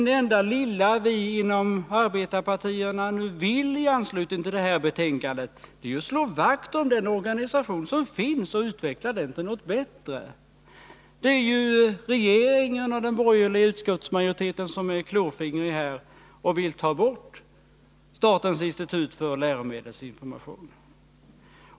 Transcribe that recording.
Det enda lilla som vi inom arbetarpartierna vill i anslutning till betänkandet är att slå vakt om den organisation som finns och utveckla den till något bättre. Det är regeringen och den borgerliga utskottsmajoriteten som är klåfingriga och vill ta bort statens institut för läromedelsinformation.